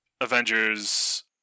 Avengers